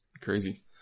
Crazy